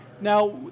Now